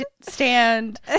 stand